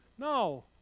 No